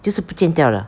就是不见掉了